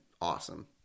awesome